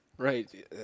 Right